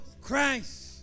Christ